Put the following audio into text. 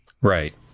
Right